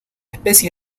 especie